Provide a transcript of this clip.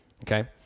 Okay